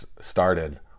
started